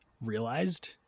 realized